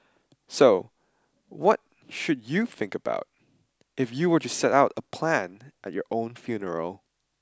so what should you think about if you were to set out and plan at your own funeral